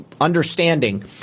understanding